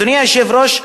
אדוני היושב-ראש,